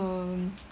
um